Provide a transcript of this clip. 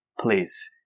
please